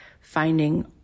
finding